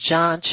John